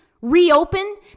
reopen